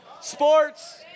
Sports